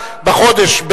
בחודש,